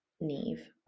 neve